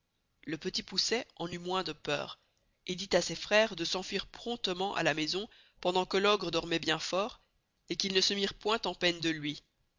le petit poucet en eut moins de peur et dit à ses freres de s'enfuir promptement à la maison pendant que l'ogre dormoit bien fort et qu'ils ne se missent point en peine de luy